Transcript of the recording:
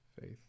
faith